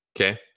Okay